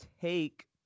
take